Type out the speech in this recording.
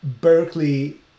Berkeley